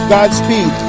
Godspeed